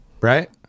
Right